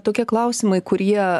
tokie klausimai kurie